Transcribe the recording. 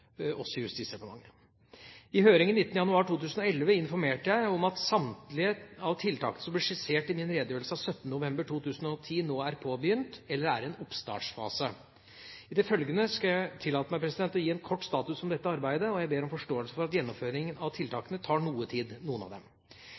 Justisdepartementet. I høringen 19. januar 2011 informerte jeg om at samtlige av tiltakene som ble skissert i min redegjørelse av 17. november 2010, nå er påbegynt, eller er i en oppstartsfase. I det følgende skal jeg tillate meg å gi en kort status om dette arbeidet, og jeg ber om forståelse for at gjennomføringen av